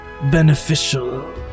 beneficial